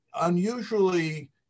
unusually